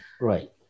Right